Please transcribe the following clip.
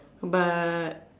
but